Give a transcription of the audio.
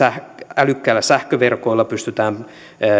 älykkäillä sähköverkoilla pystytään